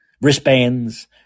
wristbands